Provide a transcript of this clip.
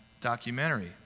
documentary